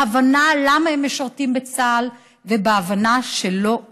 בהבנה למה הם משרתים בצה"ל ובהבנה שלא עוד.